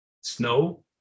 snow